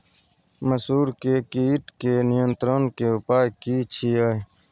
मसूर के कीट के नियंत्रण के उपाय की छिये?